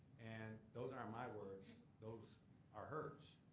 and those aren't my words, those are hers.